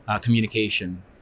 communication